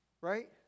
right